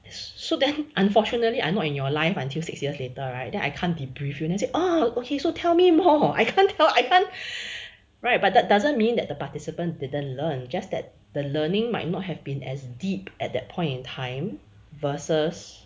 so then unfortunately I'm not in your life until six years later right then I can't debrief you then say ah okay so tell me more I can't tell I can't right but that doesn't mean that the participant didn't learn just that the learning might not have been as deep at that point in time versus